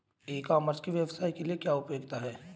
ई commerce की व्यवसाय के लिए क्या उपयोगिता है?